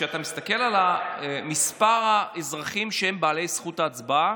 כשאתה מסתכל על מספר האזרחים שהם בעלי זכות הצבעה,